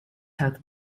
have